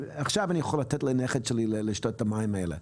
שעכשיו אני יכול לתת לנכד שלי לשתות את המים האלה?